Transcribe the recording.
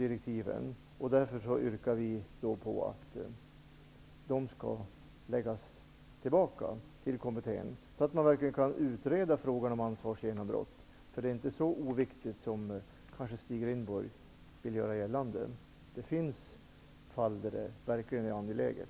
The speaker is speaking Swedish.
Vi yrkar därför på att kommittén får nya tilläggsdirektiv, så att man verkligen får utreda frågan om ansvarsgenombrott. Det är inte så oviktigt som Stig Rindborg vill göra gällande. Det finns fall där det verkligen är angeläget.